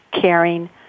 caring